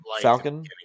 Falcon